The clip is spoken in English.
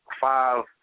five